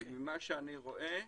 ממה שאני רואה,